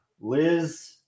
Liz